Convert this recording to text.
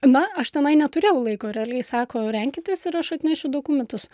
na aš tenai neturėjau laiko realiai sako renkitės ir aš atnešiu dokumentus